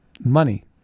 money